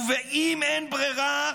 "ובאם אין ברירה,